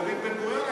דוד בן-גוריון,